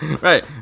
Right